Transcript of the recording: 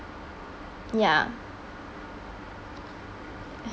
ya